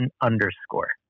underscore